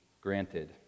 granted